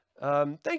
Thank